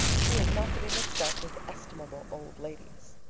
he is not to be mixed up with estimable old ladies.